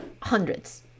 hundreds